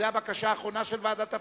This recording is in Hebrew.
זאת הבקשה האחרונה של ועדת הפנים?